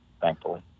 thankfully